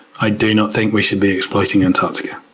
i do not think we should be exploiting antarctica.